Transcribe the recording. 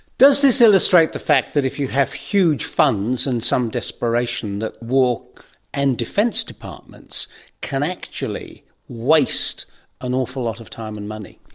does this illustrate the fact that if you have huge funds and some desperation that war and defence departments can actually waste an awful lot of time and money?